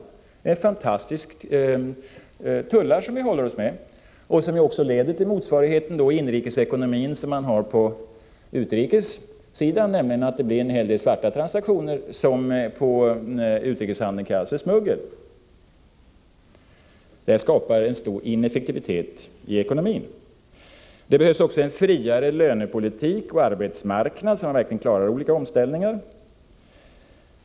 Det är alltså fantastiska tullar som vi på detta sätt håller oss med och som då i inrikesekonomin skapar en motsvarighet till vad som finns på utrikessidan bakom handelshinder, nämligen att det blir en hel del svarta transaktioner, vilka när det gäller utrikeshandeln kallas för smuggel. Det här skapar över huvud taget en stor ineffektivitet i ekonomin. Det behövs också en friare lönepolitik och en arbetsmarknad som verkligen klarar olika omställningar.